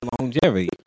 longevity